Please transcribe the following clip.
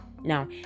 Now